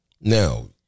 Now